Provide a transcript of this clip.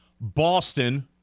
Boston